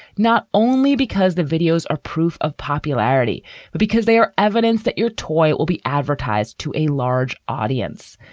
not only because the videos are proof of popularity, but because they are evidence that your toy will be advertised to a large audience.